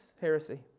heresy